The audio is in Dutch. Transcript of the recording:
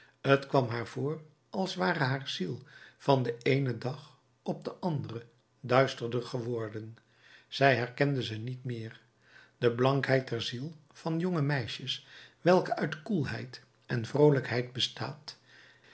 t kwam haar voor als ware haar ziel van den eenen dag op den anderen duisterder geworden zij herkende ze niet meer de blankheid der ziel van jonge meisjes welke uit koelheid en vroolijkheid bestaat